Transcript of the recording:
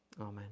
Amen